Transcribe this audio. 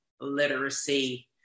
literacy